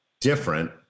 different